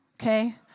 Okay